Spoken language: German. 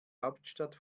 hauptstadt